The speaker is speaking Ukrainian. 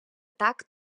так